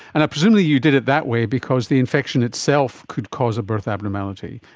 and presumably you did it that way because the infection itself could cause a birth abnormality.